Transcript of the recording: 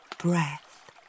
breath